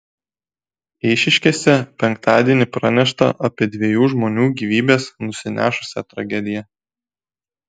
eišiškėse penktadienį pranešta apie dviejų žmonių gyvybes nusinešusią tragediją